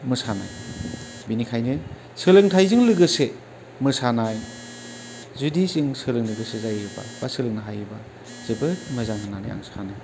मोसानाय बिनिखायनो सोलोंथाइजों लोगोसे मोसानाय जुदि जों सोलोंनो गोसो जायोबा बा सोलोंनो हायोबा जोबोद मोजां होननानै आं सानो